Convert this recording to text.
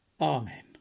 Amen